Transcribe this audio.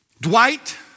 Dwight